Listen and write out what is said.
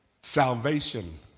Salvation